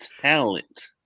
talent